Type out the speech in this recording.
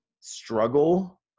struggle